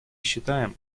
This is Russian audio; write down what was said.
считаем